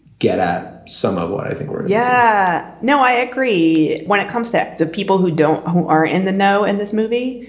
get at some of what i think yeah, no, i agree. when it comes to the people who don't who are in the know in this movie,